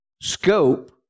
scope